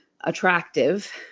attractive